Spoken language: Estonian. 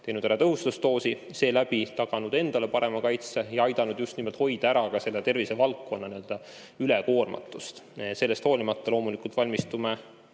teinud ära tõhustusdoosi, seeläbi taganud endale parema kaitse ja aidanud hoida ära ka tervisevaldkonna ülekoormatust. Sellest hoolimata loomulikult valmistume